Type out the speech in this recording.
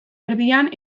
erdian